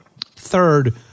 Third